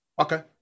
Okay